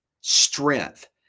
strength